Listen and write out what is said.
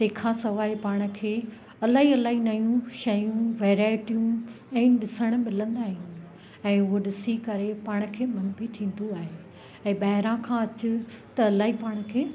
तंहिंखां सवाइ पाण खे इलाही इलाही नयूं शयूं वैरायटियूं ऐं ॾिसणु मिलंदा आहिनि ऐं उहो ॾिसी करे पाण खे मन बि थींदो आहे ऐं ॿाहिरां खां अच त इलाही पाण खे